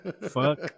Fuck